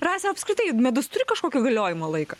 rasa apskritai it medus turi kažkokį galiojimo laiką